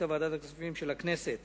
החליטה ועדת הכספים של הכנסת